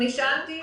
נשאלתי,